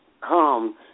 come